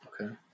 Okay